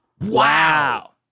Wow